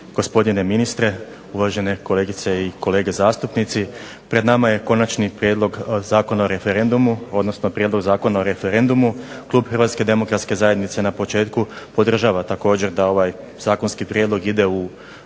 Hrvatske demokratske zajednice na početku podržava također da ovaj zakonski prijedlog ide u